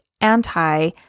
anti